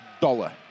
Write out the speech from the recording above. dollar